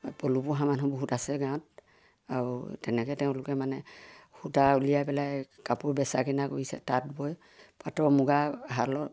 পলু পোহা মানুহ বহুত আছে গাঁৱত আৰু তেনেকৈ তেওঁলোকে মানে সূতা উলিয়াই পেলাই কাপোৰ বেচা কিনা কৰিছে তাঁত বৈ পাটৰ মুগা শালত